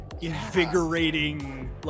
invigorating